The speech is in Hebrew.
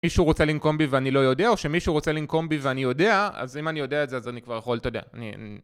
מישהו רוצה לנקום בי ואני לא יודע או שמישהו רוצה לנקום בי ואני יודע אז אם אני יודע את זה אז אני כבר יכול, אתה יודע...